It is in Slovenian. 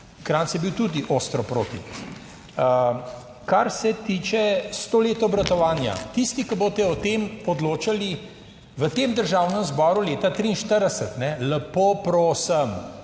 Krajnc je bil tudi ostro proti. Kar se tiče sto let obratovanja. Tisti, ki boste o tem odločali v tem Državnem zboru leta 2043, lepo prosim,